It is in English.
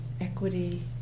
equity